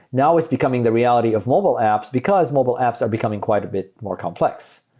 now it's becoming the reality of mobile apps because mobile apps are becoming quite a bit more complex,